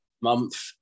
month